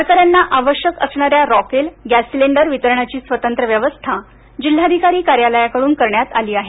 वारकऱ्यांना आवश्यक असणारे रॉकेल गॅस सिलिंडर वितरणाची स्वतंत्र व्यवस्था जिल्हाधिकारी कार्यालयाकडून करण्यात आली आहे